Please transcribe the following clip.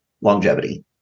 longevity